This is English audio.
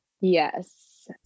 yes